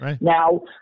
Now